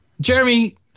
Jeremy